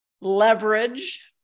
leverage